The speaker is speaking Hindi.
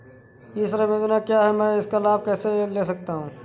ई श्रम योजना क्या है मैं इसका लाभ कैसे ले सकता हूँ?